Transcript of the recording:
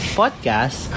podcast